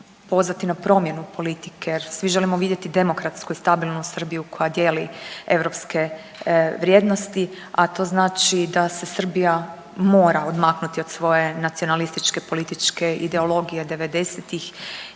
pozvati na promjenu politike jer svi želimo vidjeti demokratsku i stabilnu Srbiju koja dijeli europske vrijednosti, a to znači da se Srbija mora odmaknuti od svoje nacionalističke političke ideologije